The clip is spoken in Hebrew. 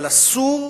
אבל אסור,